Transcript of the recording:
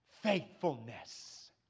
faithfulness